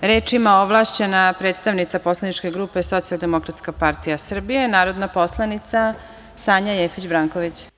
Reč ima ovlašćena predstavnica poslaničke grupe Socijaldemokratska partija Srbije, narodna poslanica Sanja Jeftić Branković.